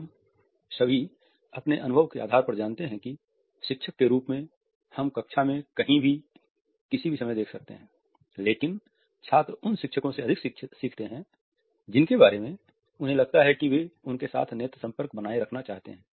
हम सभी अपने अनुभव के आधार पर जानते हैं कि शिक्षक के रूप में हम कक्षा में कहीं भी किसी भी समय देख सकते हैं लेकिन छात्र उन शिक्षकों से अधिक सीखते है जिनके बारे में उन्हें लगता है कि वे उनके साथ नेत्र संपर्क बनाए रखना चाहते हैं